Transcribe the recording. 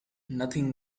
nothing